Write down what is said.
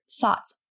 thoughts